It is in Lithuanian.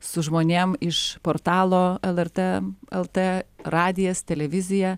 su žmonėm iš portalo lrt lt radijas televizija